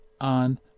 on